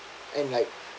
and like